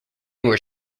were